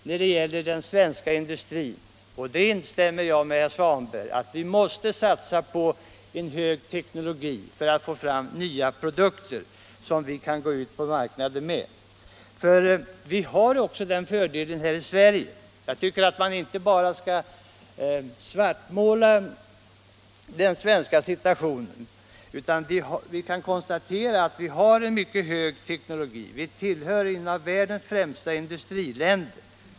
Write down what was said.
Jag instämmer med herr Svanberg i att vi måste satsa på en hög teknologi för att få fram nya produkter som vi kan gå ut på marknaden med. Vi har här i Sverige fördelen att ha en mycket hög teknologi — man skall inte svartmåla den svenska situationen. Vi är ett av världens främsta industriländer.